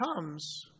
comes